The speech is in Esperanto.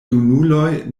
junuloj